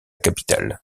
capitale